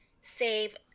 save